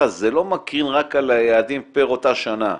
שזה לא מקרין רק על היעדים פר אותה שנה,